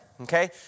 Okay